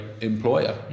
employer